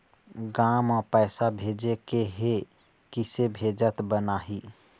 गांव म पैसे भेजेके हे, किसे भेजत बनाहि?